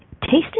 Tasting